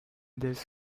this